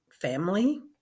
family